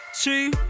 two